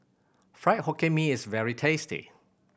Fried Hokkien Mee is very tasty